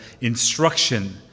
instruction